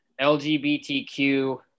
LGBTQ